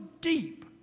deep